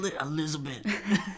Elizabeth